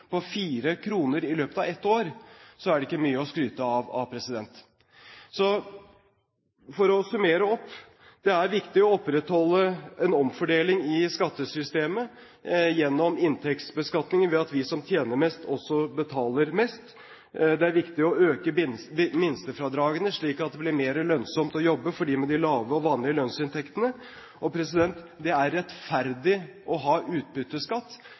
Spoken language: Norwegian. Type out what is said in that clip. på 4 kr i løpet av ett år, er det ikke mye å skryte av. For å summere opp: Det er viktig å opprettholde en omfordeling i skattesystemet gjennom inntektsbeskatningen ved at vi som tjener mest, også betaler mest. Det er viktig å øke minstefradragene, slik at det blir mer lønnsomt å jobbe for dem med de lave og vanlige lønnsinntektene. Det er rettferdig å ha utbytteskatt,